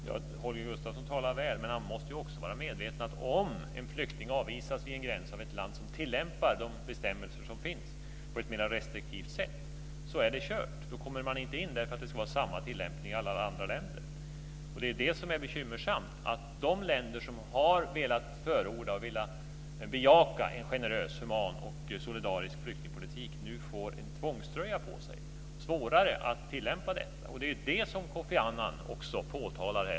Fru talman! Holger Gustafsson talar väl, men han måste också vara medveten om att det är kört om en flykting avvisas vid en gräns av ett land som tillämpar de bestämmelser som finns på ett mera restriktivt sätt. Då kommer flyktingen inte in därför att det ska vara samma tillämpning i alla andra länder. Det är bekymmersamt att de länder som har velat förorda och bejaka en generös, human och solidarisk flyktingpolitik nu får en tvångströja på sig. Det blir svårare att tillämpa detta. Det är det som Kofi Annan också påtalar.